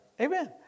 Amen